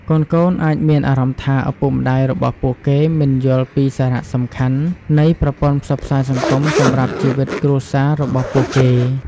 កូនៗអាចមានអារម្មណ៍ថាឪពុកម្តាយរបស់ពួកគេមិនយល់ពីសារៈសំខាន់នៃប្រព័ន្ធផ្សព្វផ្សាយសង្គមសម្រាប់ជីវិតគ្រួសាររបស់ពួកគេ។